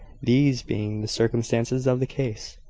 these being the circumstances of the case,